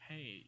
Hey